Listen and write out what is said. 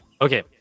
okay